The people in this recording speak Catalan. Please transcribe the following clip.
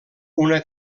una